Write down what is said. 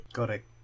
Correct